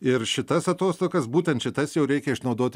ir šitas atostogas būtent šitas jau reikia išnaudot